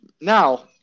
Now